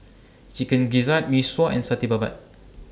Chicken Gizzard Mee Sua and Satay Babat